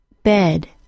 bed